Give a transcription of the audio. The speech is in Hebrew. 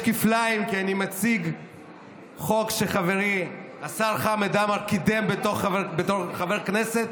כי אני מציג חוק שחברי השר חמד עמאר קידם בתור חבר כנסת,